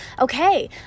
okay